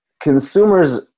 Consumers